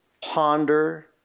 ponder